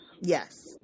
Yes